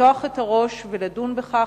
לפתוח את הראש ולדון בכך.